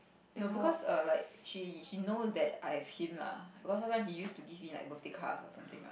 no because err like she she knows that I hint lah because sometimes he used to give me like birthday card or something